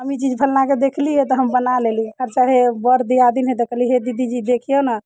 हम ई चीज फल्लाँके देखलियै तऽ हम बना लेलियै आ चाहे बड़ दियादनी हइ तऽ कहली हे दीदी जे देखियौ ने